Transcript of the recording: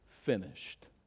finished